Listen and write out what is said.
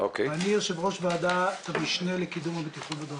אני יושב-ראש ועדת המשנה לקידום הביטחון בדרכים.